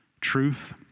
truth